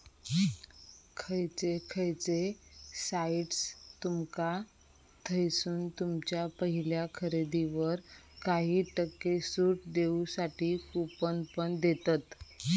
खयचे खयचे साइट्स तुमका थयसून तुमच्या पहिल्या खरेदीवर काही टक्के सूट देऊसाठी कूपन पण देतत